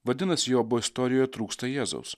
vadinasi jobo istorijoje trūksta jėzaus